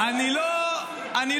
אני לא רופא,